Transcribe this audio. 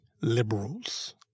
liberals